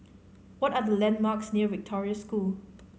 what are the landmarks near Victoria School